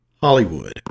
Hollywood